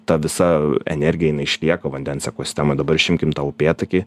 ta visa energija jinai išlieka vandens ekosistemoj dabar išimkim tą upėtakį